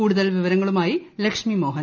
കൂടുതൽ വിവരങ്ങളുമായി ലക്ഷ്മി മോഹൻ